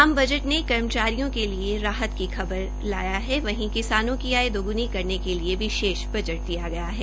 आम बजट ने कर्मचारियों के लिए राहत की खबर लाया वहीं किसानों की आय दौगनी करने के लिए विशेष बजट दिया है